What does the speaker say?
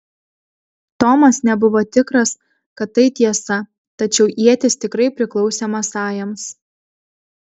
tomas nebuvo tikras kad tai tiesa tačiau ietis tikrai priklausė masajams